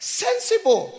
sensible